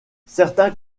certains